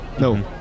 No